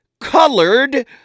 colored